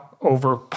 over